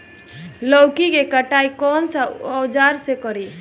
लौकी के कटाई कौन सा औजार से करी?